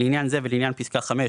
לעניין זה ולעניין פסקה (5),